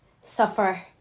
suffer